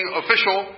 official